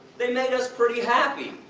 they made us pretty happy!